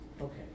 Okay